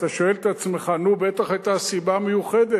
אתה שואל את עצמך, נו בטח היתה סיבה מיוחדת.